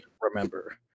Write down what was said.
remember